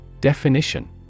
Definition